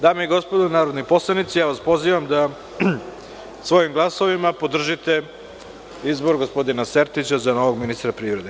Dame i gospodo narodni poslanici, ja vas pozivam da svojim glasovima podržite izbor gospodina Sertića za novog ministra privrede.